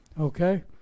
Okay